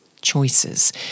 choices